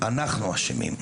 אנחנו אשמים.